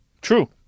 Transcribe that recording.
True